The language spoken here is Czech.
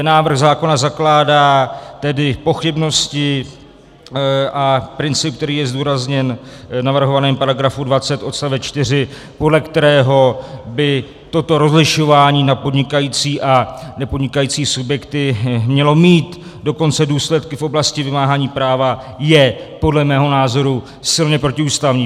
Návrh zákona zakládá tedy pochybnosti a princip, který je zdůrazněn v navrhovaném paragrafu 20 odst. 4, podle kterého by toto rozlišování na podnikající a nepodnikající subjekty mělo mít dokonce důsledky v oblasti vymáhání práva, je podle mého názoru silně protiústavní.